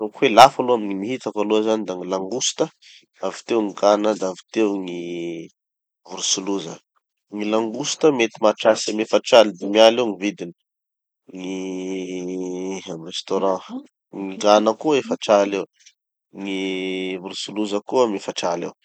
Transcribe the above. Ataoko hoe lafo aloha, gny nihitako aloha zany da gny langoustes, avy teo gny gana da avy teo gny vorotsiloza. Gny langoustes mety mahatratry amy efatraly dimy aly eo gny vidiny, gny amy restaurant. Gny gana koa efatraly eo, gny vorotsiloza koa amy efatraly eo.